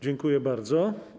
Dziękuję bardzo.